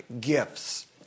gifts